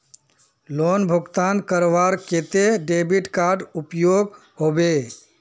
Loan भुगतान करवार केते डेबिट कार्ड उपयोग होबे?